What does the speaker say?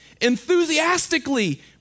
Enthusiastically